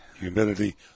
humidity